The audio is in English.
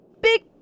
big